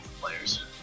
players